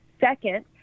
second